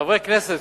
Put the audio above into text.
חברי כנסת,